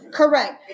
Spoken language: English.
correct